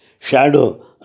shadow